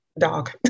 dog